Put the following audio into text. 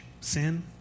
sin